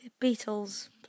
Beatles